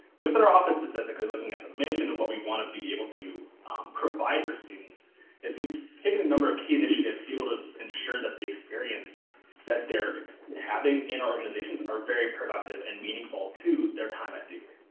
within our office specifically looking at the mission of what we want to be able to provide for students is we take the number of key initiatives to be able to ensure that the experience that they're having in organizations are very productive and meaningful to their time at duke.